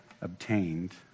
obtained